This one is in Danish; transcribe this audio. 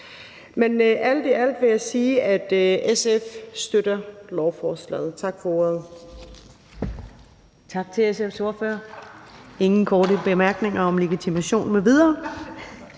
Men alt i alt vil jeg sige, at SF støtter lovforslaget. Tak for ordet.